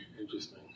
interesting